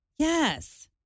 Yes